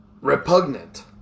repugnant